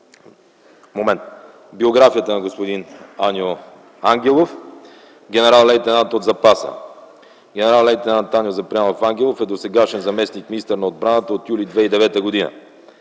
прочета биографията на господин Аню Ангелов. Генерал-лейтенант от запаса. Генерал-лейтенант Аню Запрянов Ангелов е досегашен заместник-министър на отбраната от м. юли 2009 г.